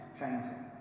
changing